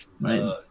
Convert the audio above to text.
Right